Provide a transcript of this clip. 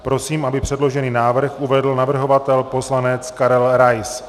Prosím, aby předložený návrh uvedl navrhovatel poslanec Karel Rais.